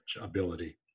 ability